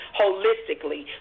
holistically